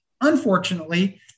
unfortunately